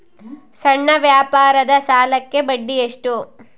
ಸಣ್ಣ ವ್ಯಾಪಾರದ ಸಾಲಕ್ಕೆ ಬಡ್ಡಿ ಎಷ್ಟು?